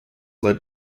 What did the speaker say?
led